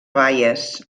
baies